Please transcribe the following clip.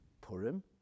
Purim